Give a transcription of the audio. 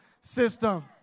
system